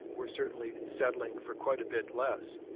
we're certainly settling for quite a bit less.